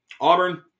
Auburn